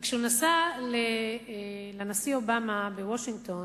וכשהוא נסע לנשיא אובמה לוושינגטון,